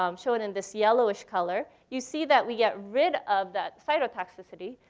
um shown in this yellowish color, you see that we get rid of that cytotoxicity,